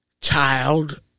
Child